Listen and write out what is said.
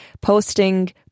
posting